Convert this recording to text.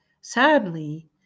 Sadly